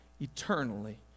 eternally